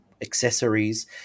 accessories